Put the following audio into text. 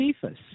Cephas